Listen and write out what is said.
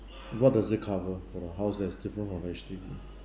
what does it cover for the house that is different from H_D_B